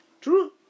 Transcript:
true